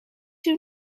two